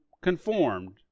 conformed